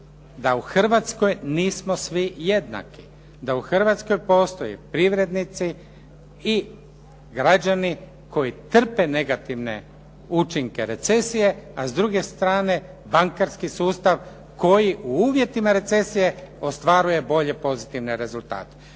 da u Hrvatskoj nismo svi jednaki, da u Hrvatskoj postoje privrednici i građani koji trpe negativne učinke recesije, a s druge strane bankarski sustav koji u uvjetima recesije ostvaruje bolje pozitivne rezultate.